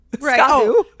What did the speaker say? Right